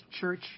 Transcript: church